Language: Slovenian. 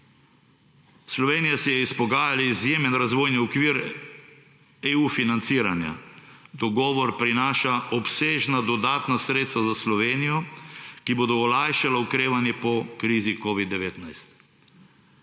Slovenija si je izpogajala izjemen razvojni okvir EU financiranja. Dogovor prinaša obsežna dodatna sredstva za Slovenijo, ki bodo olajšala okrevanje po krizi covid-19.